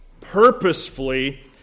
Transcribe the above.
purposefully